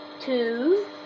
two